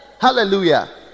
Hallelujah